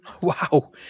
Wow